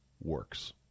works